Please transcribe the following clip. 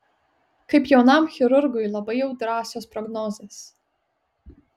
kaip jaunam chirurgui labai jau drąsios prognozės